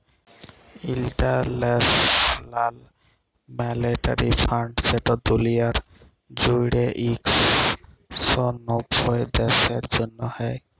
ইলটারল্যাশ লাল মালিটারি ফাল্ড যেট দুলিয়া জুইড়ে ইক শ নব্বইট দ্যাশের জ্যনহে হ্যয়